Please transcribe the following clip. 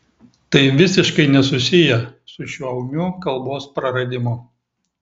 tai visiškai nesusiję su šiuo ūmiu kalbos praradimu